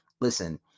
listen